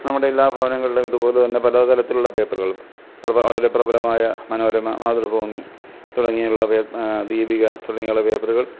നമ്മുടെ എല്ലാ ഭവനങ്ങളിലും ഇതുപോലെതന്നെ പല തരത്തിലുള്ള പേപ്പറുകളും വളരെ പ്രബലമായ മനോരമ മാതൃഭൂമി തുടങ്ങിയുള്ള ദീപിക തുടങ്ങിയുള്ള പേപ്പറുകൾ